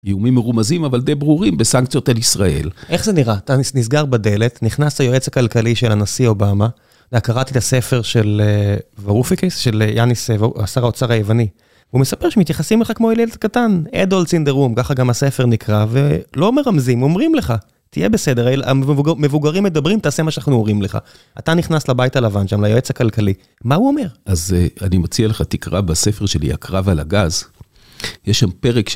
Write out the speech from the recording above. איומים מרומזים, אבל די ברורים, בסנקציות אל ישראל. איך זה נראה? אתה נסגר בדלת, נכנס ליועץ הכלכלי של הנשיא אובמה, להקראת את הספר של ורופיקס, של יאניס, השר האוצר היווני. הוא מספר שמתייחסים אליך כמו אליל קטן, אדול צינדרום, ככה גם הספר נקרא, ולא מרמזים, אומרים לך, תהיה בסדר, המבוגרים מדברים, תעשה מה שאנחנו אומרים לך. אתה נכנס לבית הלבן, שם ליועץ הכלכלי, מה הוא אומר? אז אני מציע לך, תקרא בספר שלי, הקרב על הגז.